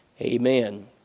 amen